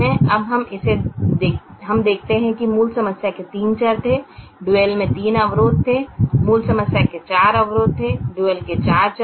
अब हम देखते हैं कि मूल समस्या के तीन चर थे डुअल में तीन अवरोध थे मूल समस्या के चार अवरोध थे डुअल के चार चर थे